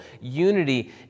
unity